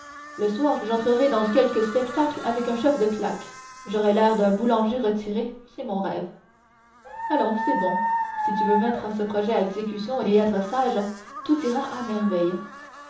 le soir j'entrerai dans quelque spectacle avec un chef de claque j'aurai l'air d'un boulanger retiré c'est mon rêve allons c'est bon si tu veux mettre ce projet à exécution et être sage tout ira à merveille